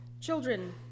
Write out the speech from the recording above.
Children